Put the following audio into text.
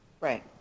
Right